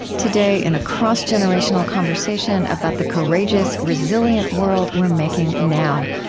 today, in a cross-generational conversation about the courageous, resilient world we're making now,